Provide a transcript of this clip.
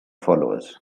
followers